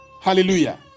Hallelujah